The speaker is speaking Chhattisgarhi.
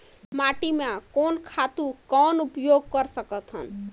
माटी म कोन खातु कौन उपयोग कर सकथन?